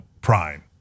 prime